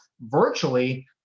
virtually